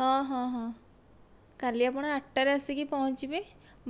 ହଁ ହଁ ହଁ କାଲି ଆପଣ ଆଠଟାରେ ଆସିକି ପହଞ୍ଚିବେ